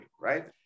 right